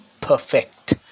perfect